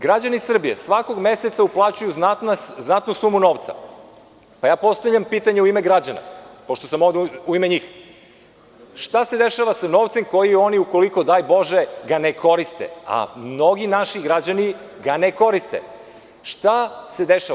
Građani Srbije svakog meseca uplaćuju znatnu sumu novca, pa ja postavljam pitanje u ime građana, pošto sam ovde u ime njih, šta se dešava sa novcem koji oni ukoliko, daj bože, ga ne koriste, a mnogi naši građani ga ne koriste, šta se dešava?